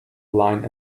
line